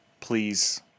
please